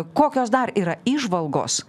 kokios dar yra įžvalgos